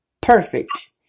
Perfect